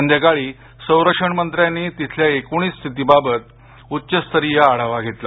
संध्याकाळी संरक्षण मंत्र्यांनी तिथल्या एकूणच स्थितीबाबत एक उच्च स्तरीय आढावा बैठक घेतली